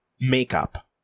makeup